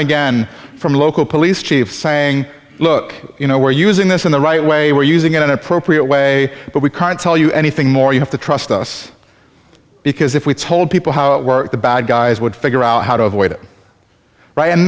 again from the local police chief saying look you know we're using this in the right way we're using in an appropriate way but we can't tell you anything more you have to trust us because if we told people how the bad guys would figure out how to avoid it right and